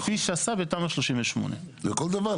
כפי שעשה בתמ"א 38. לכל דבר,